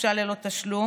חופשה ללא תשלום,